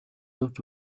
явж